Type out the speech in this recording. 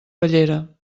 bellera